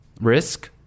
risk